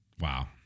Wow